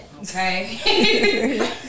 Okay